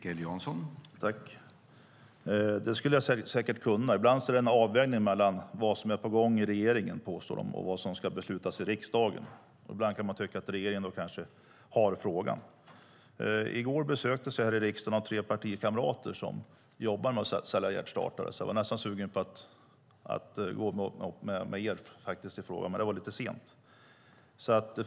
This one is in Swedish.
Herr talman! Det skulle jag säkert kunna. Ibland handlar det om en avvägning mellan vad som man påstår är på gång i regeringen och vad som ska beslutas i riksdagen, och då kan man kanske tycka att regeringen har frågan. I går besöktes jag här i riksdagen av tre partikamrater som jobbar med att sälja hjärtstartare. Jag var nästan sugen att rösta med er i frågan, men det var lite sent.